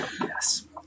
Yes